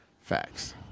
Facts